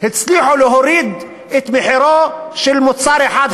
הצליחו להוריד את מחירו של מוצר אחד,